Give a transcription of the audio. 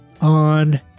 on